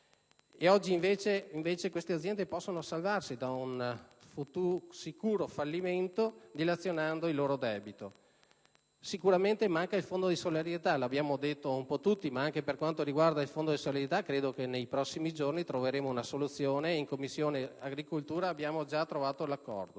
Oggi, invece, queste aziende possono salvarsi da un sicuro fallimento dilazionando il loro debito. Sicuramente manca il Fondo di solidarietà, lo abbiamo detto un po' tutti, ma anche per quanto riguarda quest'ultimo nei prossimi giorni credo che troveremo una soluzione. In Commissione agricoltura abbiamo già trovato l'accordo.